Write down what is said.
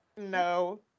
No